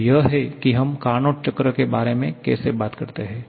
तो यह है कि हम कार्नोट चक्र के बारे में कैसे बात करते हैं